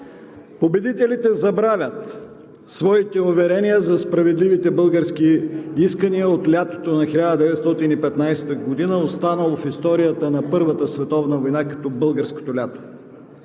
Победителите забравят своите уверения за справедливите български искания от лятото на 1915 г., останало в историята на Първата световна война като „българското лято“.